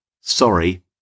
Sorry